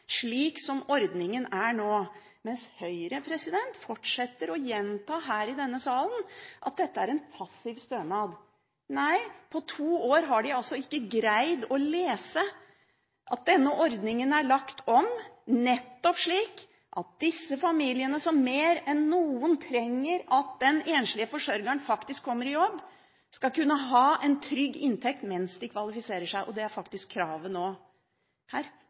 slik som ordningen er nå, mens Høyre fortsetter å gjenta her i denne salen at dette er en passiv stønad. Nei, på to år har de ikke greid å lese at denne ordningen er lagt om, nettopp slik at disse familiene som mer enn noen trenger at den enslige forsørgeren faktisk kommer i jobb, skal kunne ha en trygg inntekt mens de kvalifiserer seg. Det er faktisk kravet nå. Her